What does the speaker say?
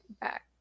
back